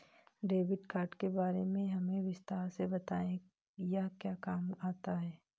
Debit card के बारे में हमें विस्तार से बताएं यह क्या काम आता है?